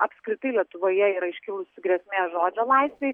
apskritai lietuvoje yra iškilusi grėsmė žodžio laisvei